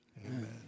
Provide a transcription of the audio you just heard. Amen